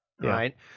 Right